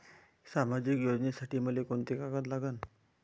सामाजिक योजनेसाठी मले कोंते कागद लागन?